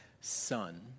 son